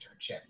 internship